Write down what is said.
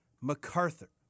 MacArthur